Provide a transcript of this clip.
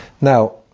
Now